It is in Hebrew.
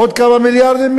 עוד כמה מיליארדים,